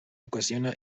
ocasiona